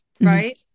Right